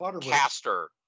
caster